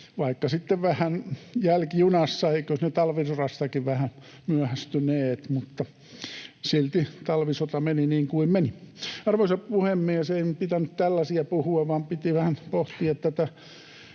vähän jälkijunassa. Eivätkös ne talvisodastakin vähän myöhästyneet, mutta silti talvisota meni niin kuin meni. Arvoisa puhemies! Ei minun pitänyt tällaisia puhua, vaan piti vähän pohtia tätä